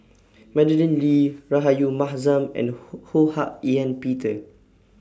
Madeleine Lee Rahayu Mahzam and Ho Ho Hak Ean Peter